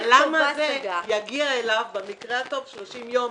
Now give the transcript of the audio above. ה"למה" הזה יגיע אליו במקרה הטוב 30 יום